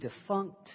defunct